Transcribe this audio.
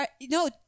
No